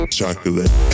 Chocolate